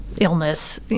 illness